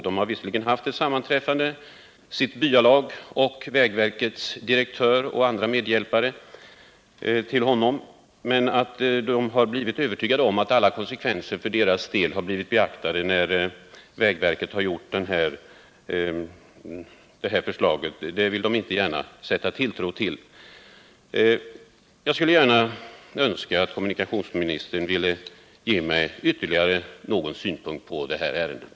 De har visserligen haft ett sammanträffande genom sitt byalag med vägverkets direktör och medhjälpare till honom, men de har därvid inte blivit övertygade om att alla konsekvenser för deras del har blivit beaktade när vägverket har framfört det här förslaget; det vill de därför inte gärna sätta tilltro till. Jag skulle önska att kommunikationsministern ville ge mig ytterligare någon synpunkt på det här ärendet.